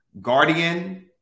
guardian